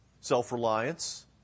self-reliance